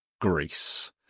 Greece